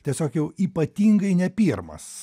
tiesiog jau ypatingai ne pirmas